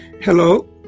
Hello